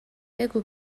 بگو